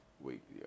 week